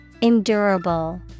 Endurable